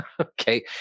Okay